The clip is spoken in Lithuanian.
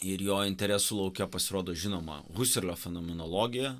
ir jo interesų lauke pasirodo žinoma guselio fenomenologija